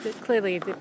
clearly